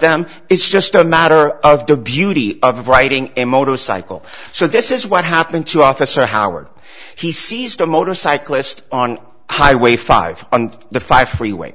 them it's just a matter of the beauty of writing a motorcycle so this is what happened to officer howard he seized a motorcyclist on highway five on the five freeway